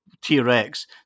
T-Rex